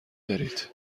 دارید